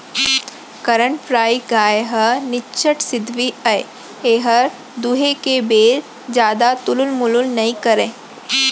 करन फ्राइ गाय ह निच्चट सिधवी अय एहर दुहे के बेर जादा तुलुल मुलुल नइ करय